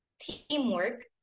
teamwork